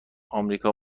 امریکا